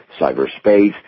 cyberspace